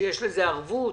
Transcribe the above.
שיש לזה ערבות,